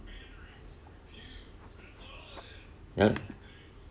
yup